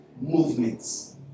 movements